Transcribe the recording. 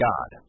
God